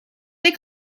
they